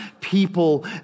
people